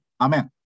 Amen